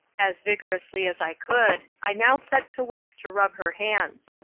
as vigorously as i could i now set to work to rub her hands.